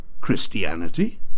Christianity